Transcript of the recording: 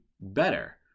better